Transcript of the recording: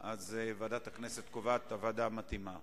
כן, במדינה הזאת.